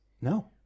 No